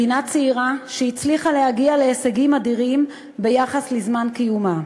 מדינה צעירה שהצליחה להגיע להישגים אדירים ביחס לזמן קיומה.